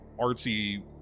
artsy